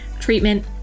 treatment